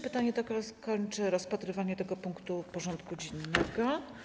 Pytanie to kończy rozpatrywanie tego punktu porządku dziennego.